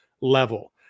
level